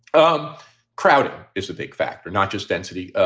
um crowded is a big factor, not just density.